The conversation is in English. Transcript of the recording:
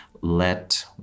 let